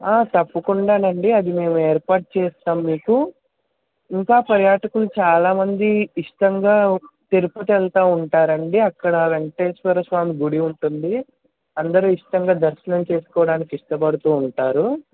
తప్పకుండానండి అది మేము ఏర్పాటు చేస్తాం మీకు ఇంకా పర్యాటకులు చాలా మంది ఇష్టంగా తిరుపతి వెళ్తూ ఉంటారండి అక్కడ వేంకటేశ్వర స్వామి గుడి ఉంటుంది అందరు ఇష్టంగా దర్శనం చేసుకోవడానికి ఇష్టపడుతూ ఉంటారు